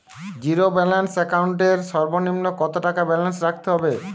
Zero balance account এর সর্বনিম্ন কত টাকা ব্যালেন্স রাখতে হবে?